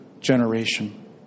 generation